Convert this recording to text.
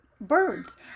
birds